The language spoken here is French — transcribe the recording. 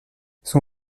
son